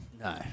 No